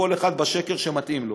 כל אחד שקר שמתאים לו.